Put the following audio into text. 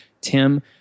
Tim